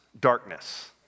darkness